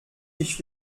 ich